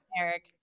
Eric